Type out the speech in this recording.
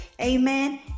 Amen